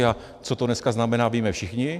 A co to dneska znamená, víme všichni.